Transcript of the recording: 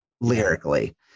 lyrically